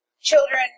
children